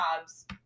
jobs